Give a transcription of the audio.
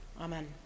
Amen